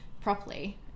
properly